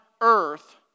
earth